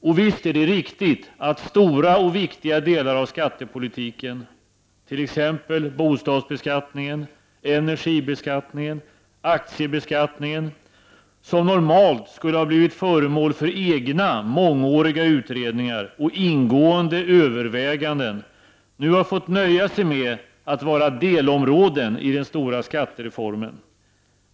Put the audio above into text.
Och visst är det — 13 juni 1990 riktigt att stora och viktiga delar av skattepolitiken — t.ex. bostadsbeskattningen, energibeskattningen och aktiebeskattningen — som normalt skulle ha blivit föremål för egna, mångåriga utredningar och ingående överväganden nu har fått nöja sig med att vara delområden i den stora skattereformen.